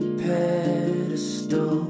pedestal